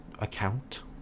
account